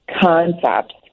Concepts